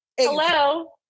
Hello